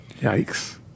Yikes